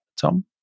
tom